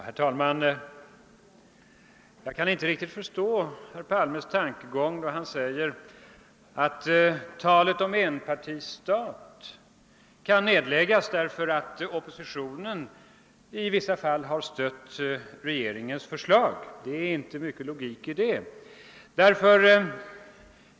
Herr talman! Jag kan inte riktigt förstå herr Palmes tankegång att talet om en enpartistat kan nedläggas därför att oppositionen i vissa fall har stött regeringens förslag. Det är inte mycket logik i detta.